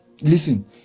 Listen